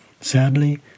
Sadly